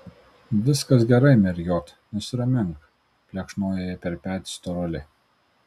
viskas gerai mergiot nusiramink plekšnojo jai per petį storulė